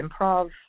improv